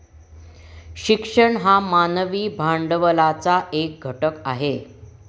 शिक्षण हा मानवी भांडवलाचा एक घटक आहे